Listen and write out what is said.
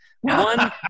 One